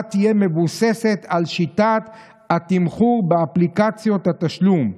תהיה מבוססת על שיטת התמחור באפליקציות התשלום,